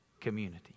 community